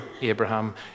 Abraham